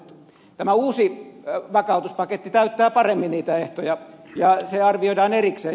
tämä uusi vakautuspaketti täyttää paremmin niitä ehtoja ja se arvioidaan erikseen